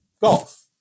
golf